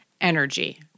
energy